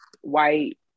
White